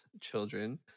children